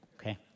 Okay